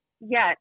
Yes